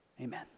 Amen